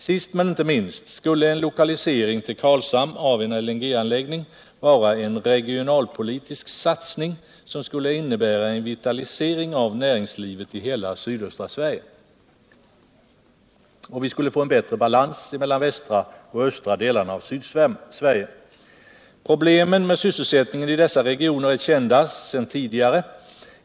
Sist men inte minst skulle en lokalisering till Karlshamn av en LNG-anläggning vara en regionalpolitisk satsning som skulle innebära en vitalisering av näringslivet i hela sydöstra Sverige, och vi skulle få en bättre balans mellan de västra och östra delarna av Sydsverige. Problemen med sysselsättningen i dessa regioner är kända sedan tidigare.